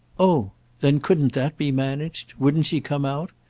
oh then couldn't that be managed? wouldn't she come out?